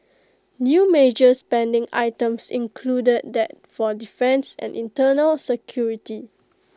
new major spending items included that for defence and internal security